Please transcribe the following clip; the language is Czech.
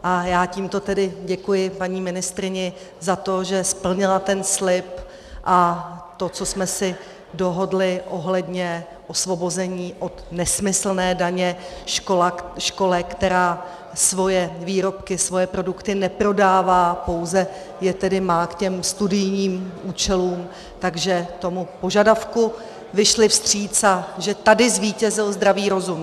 A já tímto tedy děkuji paní ministryni za to, že splnila slib a to, co jsme si dohodli ohledně osvobození od nesmyslné daně škole, která svoje výrobky, svoje produkty neprodává, pouze je tedy má ke studijním účelům, tak že tomu požadavku vyšli vstříc a že tady zvítězil zdravý rozum.